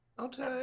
Okay